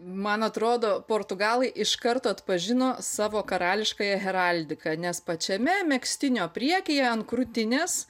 man atrodo portugalai iš karto atpažino savo karališkąją heraldiką nes pačiame megztinio priekyje ant krūtinės